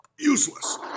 useless